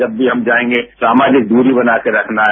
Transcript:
जब भी हम जायेंगे सामाजिक दूरी बनाकर रखना है